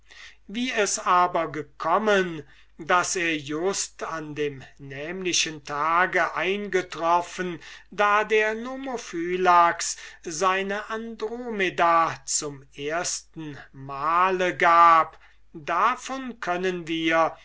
wie es aber gekommen daß er an dem nämlichen tage eingetroffen da der nomophylax seine andromeda zum erstenmale gab davon können wir